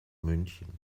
münchen